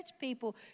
people